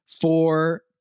Four